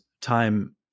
time